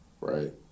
right